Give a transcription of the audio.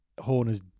Horner's